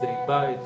אשפוזי בית,